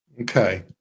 okay